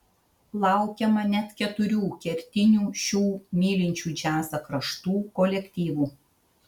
laukiama net keturių kertinių šių mylinčių džiazą kraštų kolektyvų